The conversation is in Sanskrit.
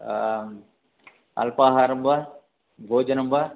अल्पाहारं वा भोजनं वा